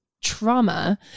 trauma